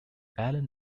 allen